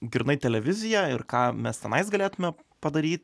grynai televizija ir ką mes tenais galėtumėme padaryt